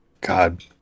God